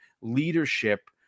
leadership